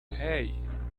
hey